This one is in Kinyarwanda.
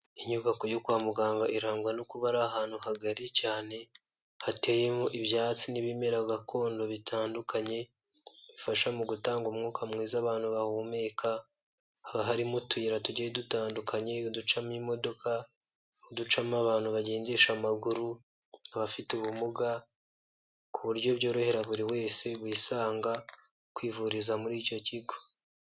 Inyubako yo kwa muganga irangwa no kuba ari ahantu hagari cyane, hateyemo ibyatsi n'ibimera gakondo bitandukanye bifasha mu gutanga umwuka mwiza abantu bahumeka, harimo utuyira tugiye dutandukanye uducamo imodoka, uducamo abantu bagendesha amaguru, abafite ubumuga ku buryo byorohera buri wese wisanga kwivuriza muri icyo kigo.